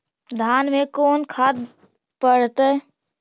धान मे कोन खाद पड़तै?